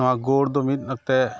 ᱱᱚᱣᱟ ᱜᱳᱣᱲᱫᱚ ᱢᱤᱫ ᱚᱠᱛᱮ